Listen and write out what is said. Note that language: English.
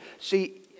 See